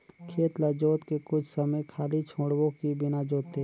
खेत ल जोत के कुछ समय खाली छोड़बो कि बिना जोते?